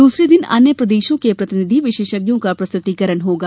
दूसरे दिन अन्य प्रदेशों के प्रतिनिधि विशेषज्ञों का प्रस्तुतीकरण होगा